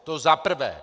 To za prvé.